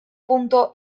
horretan